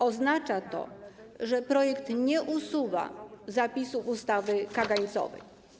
Oznacza to, że projekt nie usuwa zapisu ustawy kagańcowej.